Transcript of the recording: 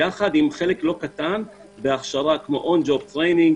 יחד עם חלק לא קטן בהכשרה כמו on job training,